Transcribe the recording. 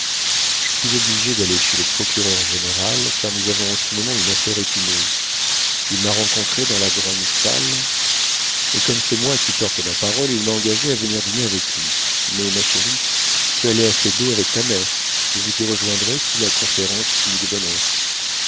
je suis obligé d'aller chez le procureur-général car nous avons en ce moment une affaire épineuse il m'a rencontré dans la grande salle et comme c'est moi qui porte la parole il m'a engagé à venir dîner avec lui mais ma chérie tu peux aller à feydeau avec ta mère je vous y rejoindrai si la conférence finit de bonne